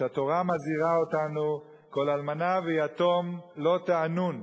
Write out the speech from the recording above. שהתורה מזהירה אותנו: "כל אלמנה ויתום לא תענון".